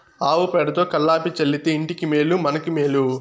ఆవు పేడతో కళ్లాపి చల్లితే ఇంటికి మేలు మనకు మేలు